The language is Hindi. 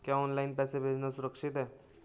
क्या ऑनलाइन पैसे भेजना सुरक्षित है?